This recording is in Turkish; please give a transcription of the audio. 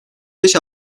beş